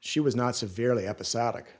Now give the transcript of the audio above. she was not severely episodic